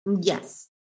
Yes